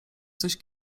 coś